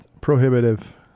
prohibitive